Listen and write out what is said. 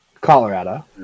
Colorado